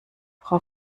frau